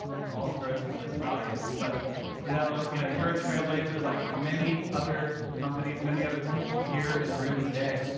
it all starts with those values. but brunello, you know you're a trailblazer, like many other companies, many other people here in the room today.